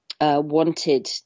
wanted